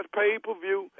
pay-per-view